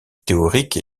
théorique